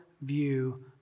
view